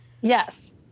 Yes